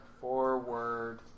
Forward